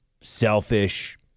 selfish